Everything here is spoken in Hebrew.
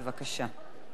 בבקשה.